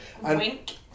Wink